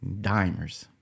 dimers